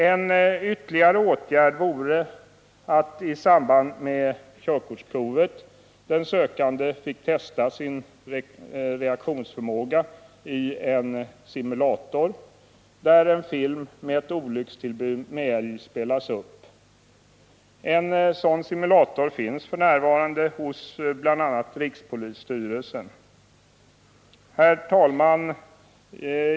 En ytterligare åtgärd vore att i samband med körkortsprovet den sökande fick testa sin reaktionsförmåga i en simulator, där en film med ett olyckstillbud med älg spelas upp. En sådan simulator finns f. n. hos bl.a. rikspolisstyrelsen. Herr talman!